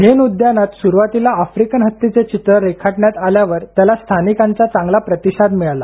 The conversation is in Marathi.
झेन उद्यानात सुरुवातीला आफ्रिकन हत्तीचे चित्र रेखाटण्यात आल्यावर त्याला स्थानिकांचा चांगला प्रतिसाद मिळाला